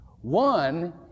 One